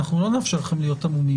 לא נאפשר לכם להיות עמומים.